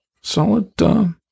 solid, –